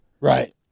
Right